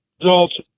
results